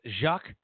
Jacques